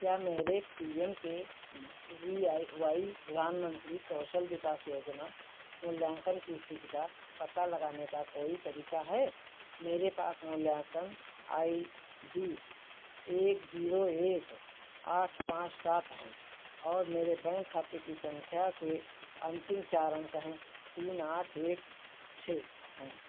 क्या मेरे P M K V Y प्रधानमन्त्री कौशल विकास योजना मूल्यान्कन की इस्थिति का पता लगाने का कोई तरीका है मेरे पास मूल्यान्कन आई डी एक ज़ीरो एक आठ पाँच सात है और मेरे बैंक खाते की संख्या के अन्तिम चार अंक हैं तीन आठ छह एक हैं